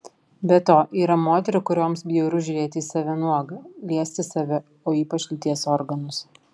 be to yra moterų kurioms bjauru žiūrėti į save nuogą liesti save o ypač lyties organus